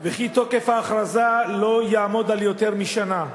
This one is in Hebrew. וכי תוקף ההכרזה לא יעמוד על יותר משנה.